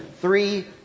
three